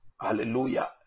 Hallelujah